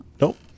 Nope